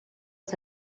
was